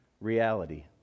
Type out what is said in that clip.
reality